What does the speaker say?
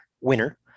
winner